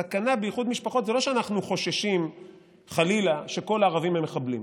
הסכנה באיחוד משפחות זה לא שאנחנו חוששים חלילה שכל הערבים הם מחבלים.